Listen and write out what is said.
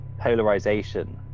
polarization